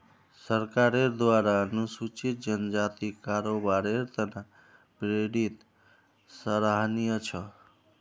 सरकारेर द्वारा अनुसूचित जनजातिक कारोबारेर त न प्रेरित सराहनीय छ